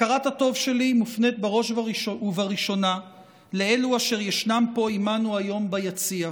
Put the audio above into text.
הכרת הטוב שלי מופנית בראש ובראשונה לאלו אשר ישנם פה עימנו היום ביציע: